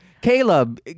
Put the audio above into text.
Caleb